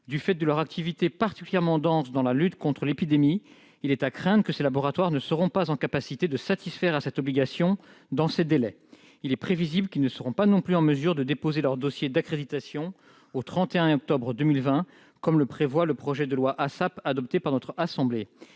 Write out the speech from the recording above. Du fait de leur activité particulièrement dense dans la lutte contre l'épidémie, il est à craindre que ces laboratoires ne soient pas en capacité de satisfaire à cette obligation dans de tels délais. Il est prévisible qu'ils ne seront pas non plus en mesure de déposer leurs dossiers d'accréditation au 31 octobre 2020, obligation prévue par le projet de loi d'accélération et de